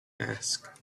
asked